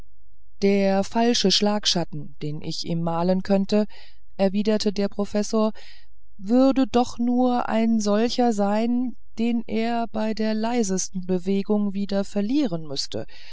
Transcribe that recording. der falsche schlagschatten den ich ihm malen könnte erwiderte der professor würde doch nur ein solcher sein den er bei der leisesten bewegung wieder verlieren müßte